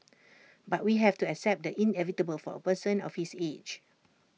but we have to accept the inevitable for A person of his age